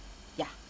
yeah